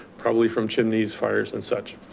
probably from chimneys, fires and such.